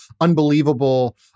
unbelievable